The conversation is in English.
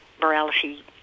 morality